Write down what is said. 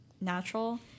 natural